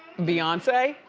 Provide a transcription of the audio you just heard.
beyonce.